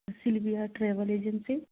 Sylvia travel agency